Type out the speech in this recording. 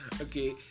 Okay